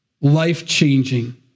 Life-changing